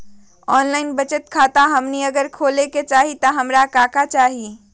Online बचत खाता हमनी अगर खोले के चाहि त हमरा का का चाहि?